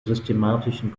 systematischen